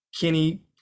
Kenny –